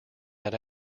that